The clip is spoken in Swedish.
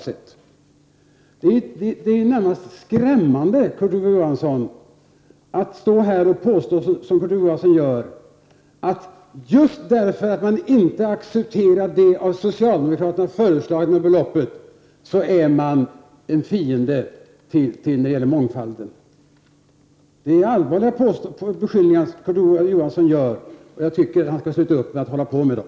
Det är närmast skrämmande att Kurt Ove Johansson står här och påstår att man, just därför att man inte accepterar det av socialdemokraterna föreslagna beloppet, är en fiende när det gäller mångfalden. Det är allvarliga beskyllningar som Kurt Ove Johansson för fram. Jag tycker att han skall sluta med det.